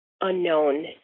unknown